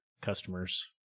customers